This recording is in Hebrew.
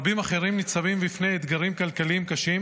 רבים אחרים ניצבים בפני אתגרים כלכליים קשים,